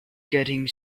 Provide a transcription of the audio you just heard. getting